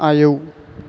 आयौ